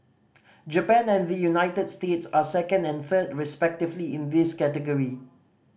Japan and the United States are second and third respectively in this category